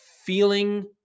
feeling